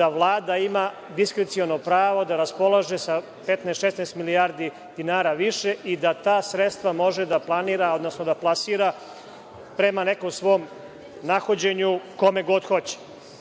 da Vlada ima diskreciono pravo da raspolaže 15, 16 milijardi dinara više i da ta sredstva može da planira, odnosno da plasira prema nekom svom nahođenju, kome god hoće?U